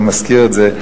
אז הוא מזכיר את זה.